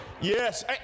Yes